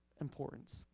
importance